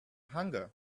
hunger